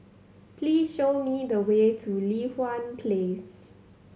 please show me the way to Li Hwan Place